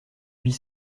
huit